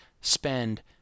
spend